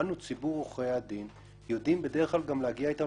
אנו ציבור עורכי הדין גם יודעים להגיע איתם